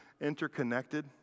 interconnected